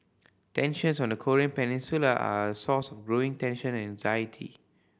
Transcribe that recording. tensions on the Korean Peninsula are a source of growing tension and anxiety